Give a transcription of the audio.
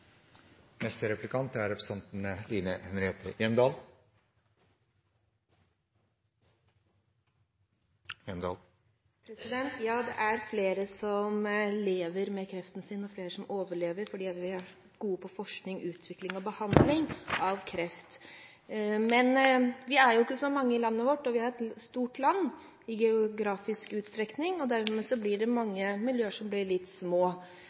Det er flere som lever med kreften sin, og flere som overlever, fordi vi er gode på forskning, utvikling og behandling av kreft. Men vi er jo ikke så mange i landet vårt, og vi er et stort land i geografisk utstrekning. Dermed blir det mange miljøer som blir litt små.